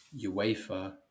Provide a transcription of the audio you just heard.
UEFA